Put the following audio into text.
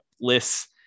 lists